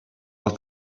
was